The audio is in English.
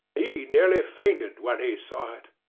he nearly fainted when he saw it.